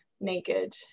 naked